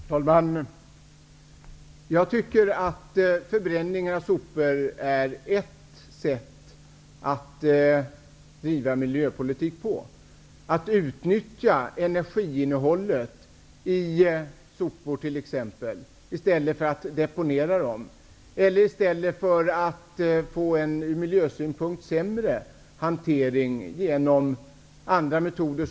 Herr talman! Jag tycker att förbränning av sopor är ett sätt att driva miljöpolitik på. Det måste vara bättre att utnyttja energiinnehållet i sopor än att deponera dem eller att hantera dem på ett ur miljösynpunkt sämre sätt med andra metoder.